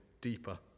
deeper